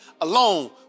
alone